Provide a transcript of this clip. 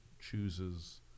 chooses